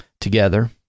together